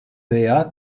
veya